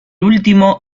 último